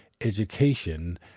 education